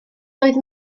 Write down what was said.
doedd